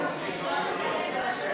חברי הכנסת,